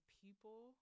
people